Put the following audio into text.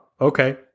okay